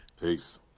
peace